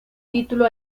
título